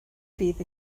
fydd